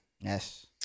Yes